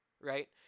right